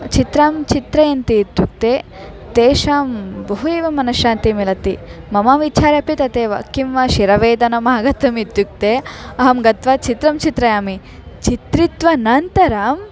चित्रं चित्रयन्ति इत्युक्ते तेषां बहु एव मनश्शान्तिः मिलति मम विचारोपि तदेव किं वा शिरोवेदना आगता इत्युक्ते अहं गत्वा चित्रं चित्रयामि चित्रित्वा नन्तरम्